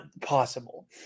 possible